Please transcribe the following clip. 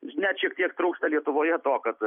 net šiek tiek trūksta lietuvoje to kad